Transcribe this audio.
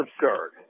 absurd